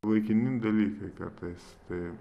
laikini dalykai kartais tai